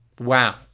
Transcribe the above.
Wow